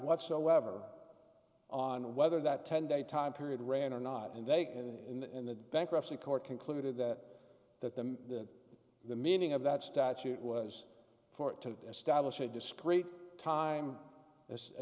whatsoever on whether that ten day time period ran or not and they could in the bankruptcy court concluded that that the the meaning of that statute was for it to establish a discrete time as a